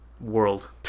world